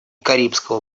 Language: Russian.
карибского